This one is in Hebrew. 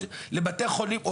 לבתי חולים,